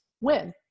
win